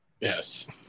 Yes